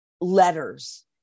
letters